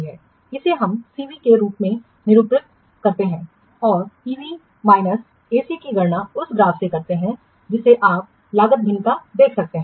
हम इसे CV के रूप में निरूपित करते हैं और ईवी माइनस एसी की गणना उस ग्राफ से करते हैं जिसे आप लागत भिन्नता देख सकते हैं